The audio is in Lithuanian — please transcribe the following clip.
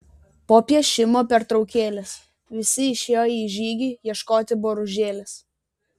po piešimo pertraukėlės visi išėjo į žygį ieškoti boružėlės